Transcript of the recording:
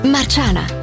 Marciana